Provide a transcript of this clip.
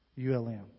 ULM